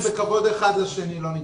בלי כבוד אחד לשני לא נתקדם.